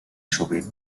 sovint